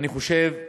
ואני חושב שהמשפחה,